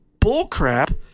bullcrap